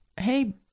hey